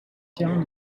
terrain